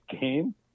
game